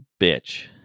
bitch